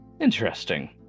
Interesting